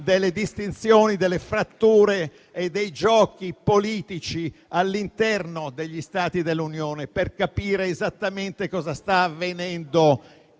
delle distinzioni, delle fratture e dei giochi politici all'interno degli Stati dell'Unione - per capire esattamente cos'è avvenuto